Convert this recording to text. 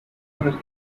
rural